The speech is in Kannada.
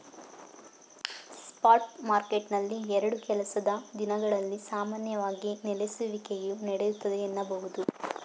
ಸ್ಪಾಟ್ ಮಾರ್ಕೆಟ್ನಲ್ಲಿ ಎರಡು ಕೆಲಸದ ದಿನಗಳಲ್ಲಿ ಸಾಮಾನ್ಯವಾಗಿ ನೆಲೆಸುವಿಕೆಯು ನಡೆಯುತ್ತೆ ಎನ್ನಬಹುದು